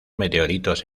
meteoritos